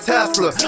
Tesla